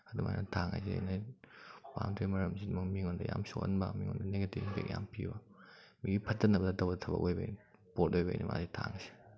ꯑꯗꯨꯃꯥꯏꯅ ꯊꯥꯡ ꯍꯥꯏꯁꯦ ꯑꯩꯅ ꯄꯥꯝꯗꯕꯩ ꯃꯔꯝꯁꯤꯅ ꯃꯤꯉꯣꯟꯗ ꯌꯥꯝ ꯁꯣꯛꯍꯟꯕ ꯃꯤꯉꯣꯟꯗ ꯅꯦꯒꯦꯇꯤꯞ ꯏꯝꯄꯦꯛ ꯌꯥꯝ ꯄꯤꯕ ꯃꯤꯒꯤ ꯐꯠꯇꯅꯕꯗ ꯇꯧꯕ ꯊꯕꯛ ꯑꯣꯏꯕꯩꯅꯤ ꯄꯣꯠ ꯑꯣꯏꯕꯩꯅꯤ ꯃꯥꯒꯤ ꯊꯥꯡ ꯑꯁꯦ